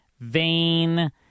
vain